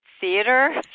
theater